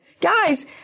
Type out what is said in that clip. Guys